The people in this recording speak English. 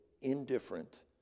indifferent